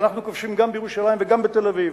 אנחנו כובשים גם בירושלים וגם בתל-אביב.